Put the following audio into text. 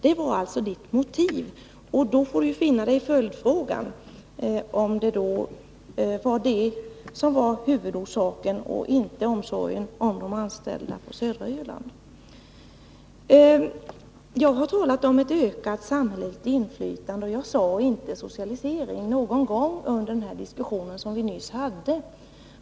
Det var alltså Bertil Danielssons motiv, och då får han finna sig i följdfrågan, om det var det som var huvudorsaken och inte omsorgen om de anställda på södra Öland. Jag har talat om ett ökat samhälleligt inflytande, och jag har inte någon gång under den diskussion som vi nyss haft sagt ”socialisering”.